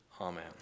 Amen